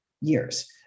years